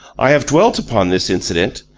i have dwelt upon this incident,